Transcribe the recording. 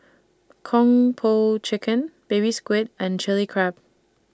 Kung Po Chicken Baby Squid and Chili Crab